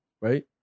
right